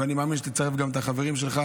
ואני מאמין שתצרף גם את החברים שלך